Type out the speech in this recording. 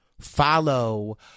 follow